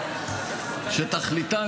שתכליתן,